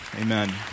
Amen